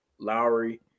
Lowry